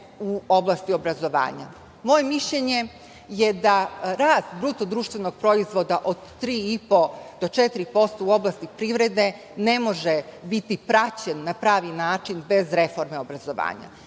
u oblasti obrazovanja. Moje mišljenje je da rast BDP od 3,5% do 4% u oblasti privrede ne može biti praćen na pravi način bez reforme obrazovanja.